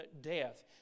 death